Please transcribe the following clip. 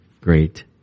great